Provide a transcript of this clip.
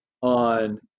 on